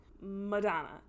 Madonna